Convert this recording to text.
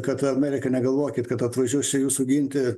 kad amerika negalvokit kad atvažiuos čia jūsų ginti